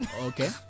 Okay